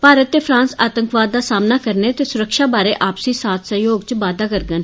भारत ते फ्रांस आतंकवाद दा सामना करने ते सुरक्षा बारै आपसी साथ सहयोग च बाद्दा करगंन